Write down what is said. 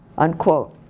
unquote.